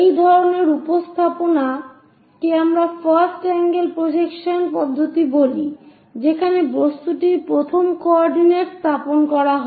এই ধরনের উপস্থাপনা কে আমরা ফার্স্ট আঙ্গেল প্রজেকশন পদ্ধতি বলি যেখানে বস্তুটির প্রথম কোঅর্ডিনেট স্থাপন করা হয়